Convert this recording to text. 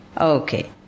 Okay